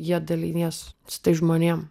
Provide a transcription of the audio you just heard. ja dalinies su tais žmonėm